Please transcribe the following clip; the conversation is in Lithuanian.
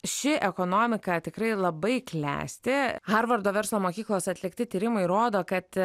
ši ekonomika tikrai labai klesti harvardo verslo mokyklos atlikti tyrimai rodo kad